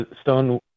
Stone